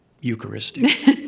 Eucharistic